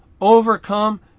overcome